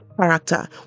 character